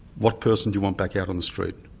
what person do you want back out on the street?